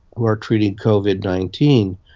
who are treating covid nineteen,